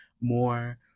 more